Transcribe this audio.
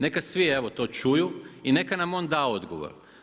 Neka svi evo to čuju i neka nam on da odgovor.